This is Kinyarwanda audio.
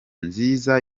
nziza